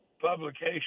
publication